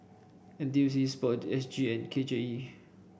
NTUC sport S G and K J E